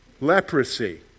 leprosy